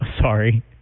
Sorry